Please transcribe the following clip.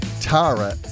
Tara